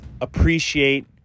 appreciate